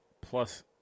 plus